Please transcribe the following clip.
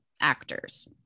actors